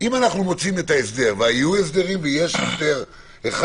אם אנחנו מוצאים את ההסדר והיו הסדרים ויש הסדר אחד,